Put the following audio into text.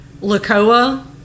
lakoa